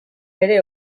bere